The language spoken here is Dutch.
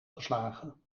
geslagen